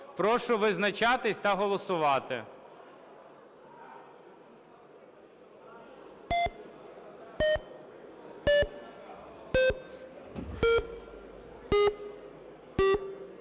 Прошу визначатись та голосувати.